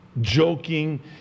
joking